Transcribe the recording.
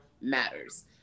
matters